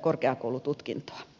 korkeakoulututkintoa